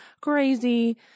crazy